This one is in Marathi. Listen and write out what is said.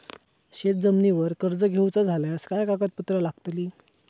शेत जमिनीवर कर्ज घेऊचा झाल्यास काय कागदपत्र लागतली?